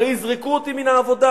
הרי יזרקו אותי מהעבודה.